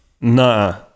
No